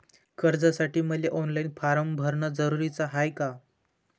कर्जासाठी मले online form भरन जरुरीच हाय का?